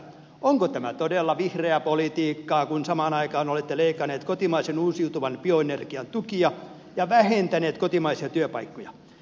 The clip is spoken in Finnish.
onko tämä todella vihreää politiikkaa kun samaan aikaan olette leikanneet kotimaisen uusiutuvan bioenergian tukia ja vähentäneet kotimaisia työpaikkoja